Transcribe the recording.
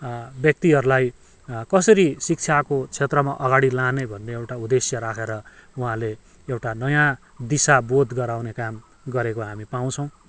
व्यक्तिहरूलाई कसरी शिक्षाको क्षेत्रमा अगाडि लाने भन्ने एउटा उद्देश्य राखेर उहाँले एउटा नयाँ दिशा बोध गराउने काम गरेको हामी पाउँछौँ